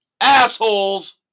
Assholes